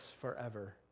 forever